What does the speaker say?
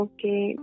Okay